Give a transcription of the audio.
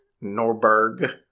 Norberg